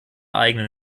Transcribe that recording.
eigenen